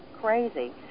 crazy